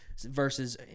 Versus